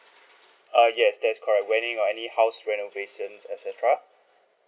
uh yes that's correct wedding or any house renovations et cetera